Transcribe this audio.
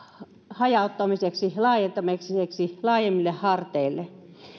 hajauttamiseksi laajentamiseksi laajemmille harteille